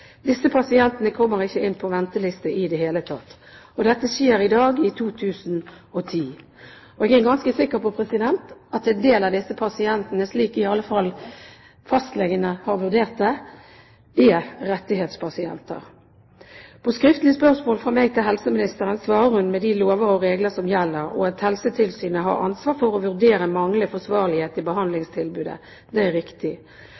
Disse pasientene kommer ikke inn på venteliste i det hele tatt. Og dette skjer i dag, i 2010. Jeg er ganske sikker på at en del av disse pasientene, slik iallfall fastlegene har vurdert det, er rettighetspasienter. På skriftlig spørsmål fra meg til helseministeren svarer hun med de lover og regler som gjelder, og at Helsetilsynet har ansvar for å vurdere manglende forsvarlighet i behandlingstilbudet – det er riktig.